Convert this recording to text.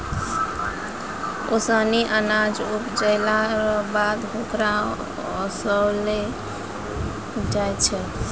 ओसानी अनाज उपजैला रो बाद होकरा ओसैलो जाय छै